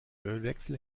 ölwechsel